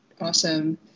awesome